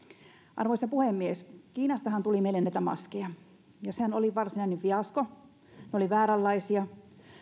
arvoisa puhemies kiinastahan tuli meille näitä maskeja ja sehän oli varsinainen fiasko ne olivat vääränlaisia